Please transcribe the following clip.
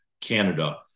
Canada